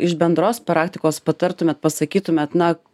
iš bendros praktikos patartumėt pasakytumėt na